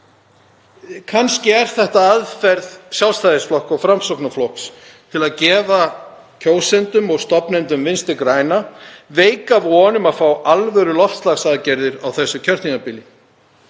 Kannski er þetta aðferð Sjálfstæðisflokks og Framsóknarflokks til að gefa kjósendum og stofnendum Vinstri grænna veika von um að fá alvöruloftslagsaðgerðir á þessu kjörtímabili.